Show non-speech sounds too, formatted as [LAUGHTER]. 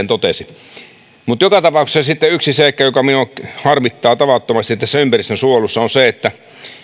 [UNINTELLIGIBLE] totesi joka tapauksessa yksi seikka joka minua harmittaa tavattomasti tässä ympäristönsuojelussa on se että